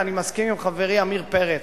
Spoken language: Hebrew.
ואני מסכים עם חברי עמיר פרץ,